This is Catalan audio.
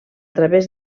través